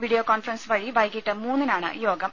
video conference വഴി വൈകിട്ട് മൂന്നിനാണ് യോഗം